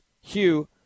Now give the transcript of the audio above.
Hugh